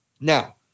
Now